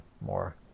more